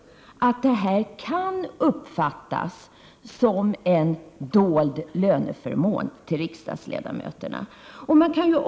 1988/89:127 detta kan uppfattas som en dold löneförmån till riksdagsledamöterna.